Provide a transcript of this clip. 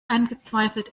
angezweifelt